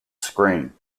screen